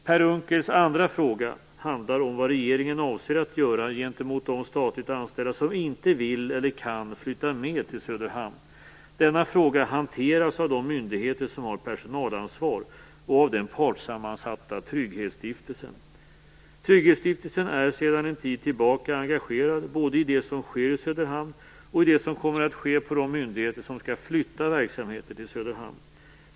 Per Unckels andra fråga handlar om vad regeringen avser att göra gentemot de statligt anställda som inte vill eller kan flytta med till Söderhamn. Denna fråga hanteras av de myndigheter som har personalansvar och av den partssammansatta trygghetsstiftelsen. Trygghetsstiftelsen är sedan en tid tillbaka engagerad både i det som sker i Söderhamn och i det som kommer att ske på de myndigheter som skall flytta verksamheter till Söderhamn.